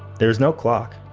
there is no clock.